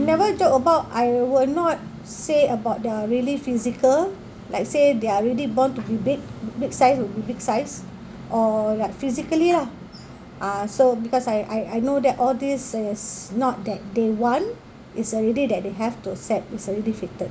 never joke about I will not say about the really physical like say they're really borne to be big big size or be big size or like physically lah uh so because I I I know that all this is not that they want is already that they have to accept it's already fated